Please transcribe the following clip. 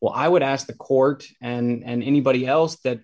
well i would ask the court and anybody else that